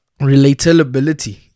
Relatability